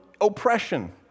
oppression